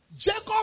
Jacob